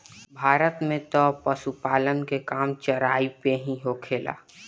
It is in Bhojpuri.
भारत में तअ पशुपालन के काम चराई पे ही होखेला